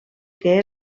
que